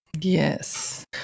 Yes